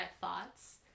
thoughts